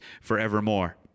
forevermore